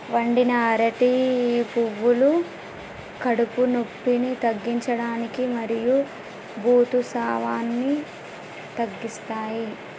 వండిన అరటి పువ్వులు కడుపు నొప్పిని తగ్గించడానికి మరియు ఋతుసావాన్ని తగ్గిస్తాయి